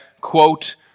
quote